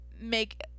make